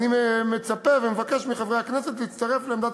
אני מצפה ומבקש מחברי הכנסת להצטרף לעמדת